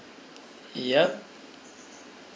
ya